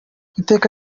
iteka